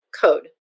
code